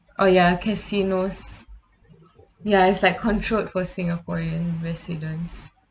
oh ya casinos the ya it's like that controlled for singaporean residents